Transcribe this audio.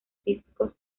físicos